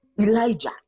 Elijah